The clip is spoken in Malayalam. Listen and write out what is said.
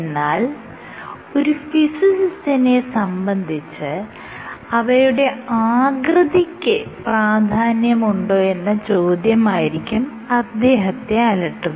എന്നാൽ ഒരു ഫിസിസിസ്റ്റിനെ സംബന്ധിച്ച് അവയുടെ ആകൃതിക്ക് പ്രാധാന്യമുണ്ടോ എന്ന ചോദ്യമായിരിക്കും അദ്ദേഹത്തെ അലട്ടുന്നത്